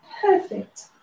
perfect